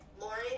lauren